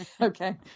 Okay